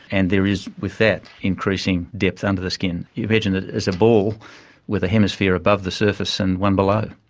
and there is with that increasing depth under the skin. you can imagine it as a ball with a hemisphere above the surface and one below.